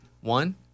One